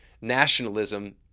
nationalism